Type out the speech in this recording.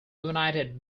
united